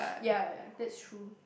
ya ya ya that's true